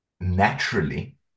naturally